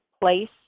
place